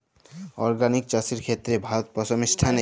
organic চাষের ক্ষেত্রে ভারত প্রথম স্থানে